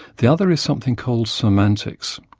the other is something called semantics,